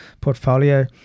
portfolio